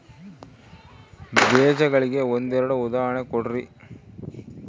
ಬೇಜಗಳಿಗೆ ಒಂದೆರಡು ಉದಾಹರಣೆ ಕೊಡ್ರಿ?